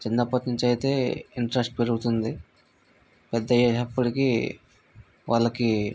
చిన్నప్పటి నుంచి అయితే ఇంట్రస్ట్ పెరుగుతుంది పెద్ద అయ్యేటప్పటికి వాళ్ళకి